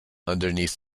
underneath